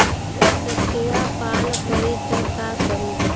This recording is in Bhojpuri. संखिया पान करी त का करी?